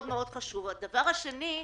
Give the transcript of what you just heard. דבר שני,